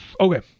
Okay